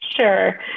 Sure